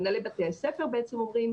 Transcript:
מנהלי בתי הספר בעצם אומרים,